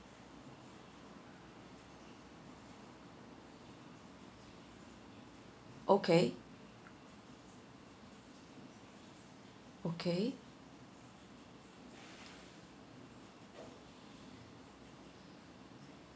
okay okay